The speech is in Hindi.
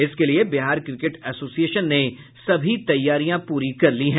इसके लिए बिहार क्रिकेट ऐसोसिएशन ने सभी तैयारियां पूरी कर ली है